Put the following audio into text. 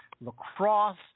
lacrosse